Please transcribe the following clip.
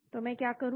तो मैं क्या करूं